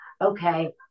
okay